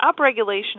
upregulation